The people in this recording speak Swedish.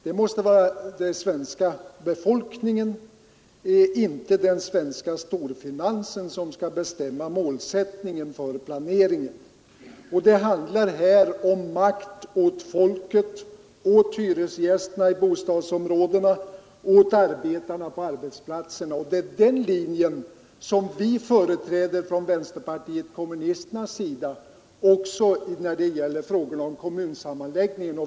Det måste vara det svenska folket — inte den svenska storfinansen — som skall bestämma målsättningen för planeringen. Det handlar här om makt åt folket, åt hyresgästerna i bostadsområdena, åt arbetarna på arbetsplatsen. Det är den linjen som vänsterpartiet kommunisterna förträder också när det gäller frågorna om kommunsammanläggningar.